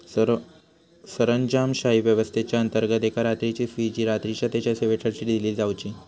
सरंजामशाही व्यवस्थेच्याअंतर्गत एका रात्रीची फी जी रात्रीच्या तेच्या सेवेसाठी दिली जावची